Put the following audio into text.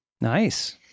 Nice